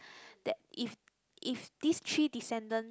that if if these three descendants